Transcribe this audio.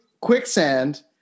quicksand